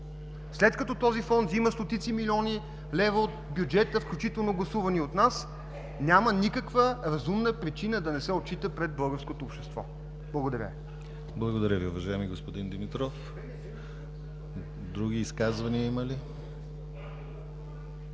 След като този Фонд взема стотици милиони лева от бюджета, включително гласувани от нас, няма никаква разумна причина да не се отчита пред българското общество. Благодаря Ви. ПРЕДСЕДАТЕЛ ДИМИТЪР ГЛАВЧЕВ: Благодаря Ви, уважаеми господин Димитров. Други изказвания има ли?